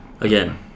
Again